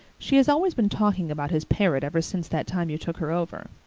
she has always been talking about his parrot ever since that time you took her over.